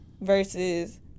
versus